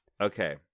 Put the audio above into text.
Okay